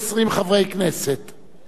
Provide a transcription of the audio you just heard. נגד החוק, 74,